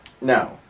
No